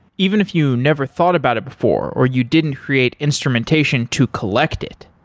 even if you never thought about it before or you didn't create instrumentation to collect it,